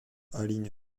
aligne